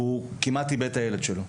והוא כמעט איבד את הילד שלו.